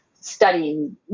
studying